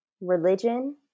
religion